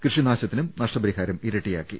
കൃഷിനാശത്തിനും നഷ്ടപരിഹാരം ഇര ട്ടിയാക്കി